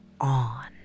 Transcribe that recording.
on